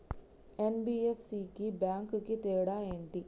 NBFC కి bank కి తేడా ఏంటి?